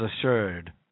assured